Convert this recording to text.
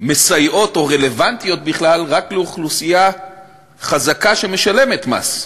מסייעות או רלוונטיות בכלל רק לאוכלוסייה חזקה שמשלמת מס.